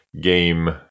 game